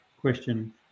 question